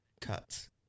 cuts